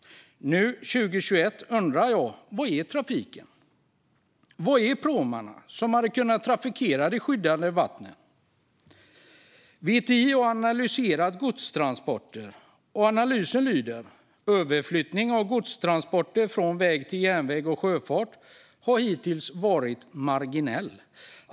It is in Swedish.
Nu 2021 undrar jag: Var är trafiken? Var är pråmarna som hade kunnat trafikera de skyddade vattnen? VTI har analyserat godstransporter, och analysen lyder: "Överflyttningen av godstransporter från väg till järnväg och sjöfart har hittills varit marginell.